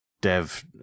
dev